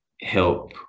help